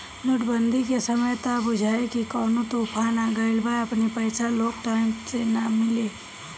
note बंदी के समय त बुझाए की कवनो तूफान आ गईल बा अपने पईसा लोग के टाइम से ना मिले